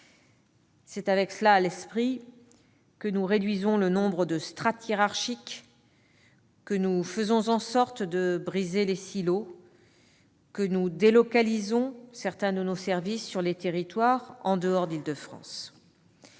C'est en ayant cela à l'esprit que nous réduisons le nombre de strates hiérarchiques, que nous faisons en sorte de briser les silos et que nous délocalisons certains de nos services sur les territoires hors d'Île-de-France.